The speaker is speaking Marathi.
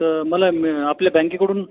तर मला मिळ आपल्या बँकेकडून